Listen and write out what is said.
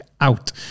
out